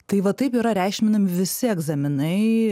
tai va taip yra reikšminami visi egzaminai